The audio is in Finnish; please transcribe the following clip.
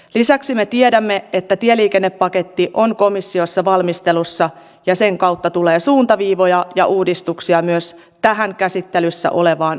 lisäksi me tiedämme että tieliikennepaketti on komissiossa valmistelussa ja sen kautta tulee suuntaviivoja ja uudistuksia myös tähän käsittelyssä olevaan asiaan